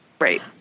Right